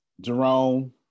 Jerome